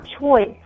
choice